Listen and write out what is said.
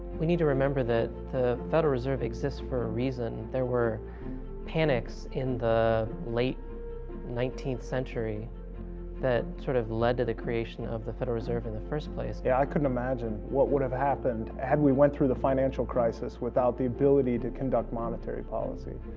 we need to remember that the federal reserve exists for a reason. there were panics in the late nineteenth century that, sort of, led to the creation of the federal reserve in the first place. yeah, i couldn't imagine what would have happened had we went through the financial crisis without the ability to conduct monetary policy.